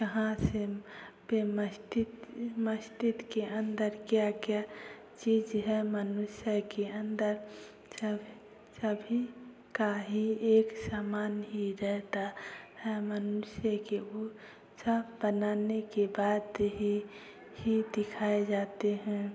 कहाँ से पे मस्तिष्क मस्तिष्क के अंदर क्या क्या चीज है मनुष्य के अंदर सब सभी का ही एक समान ही रहता है मनुष्य के ऊ सब बनाने के बाद ही ही दिखाए जाते हैं